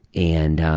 and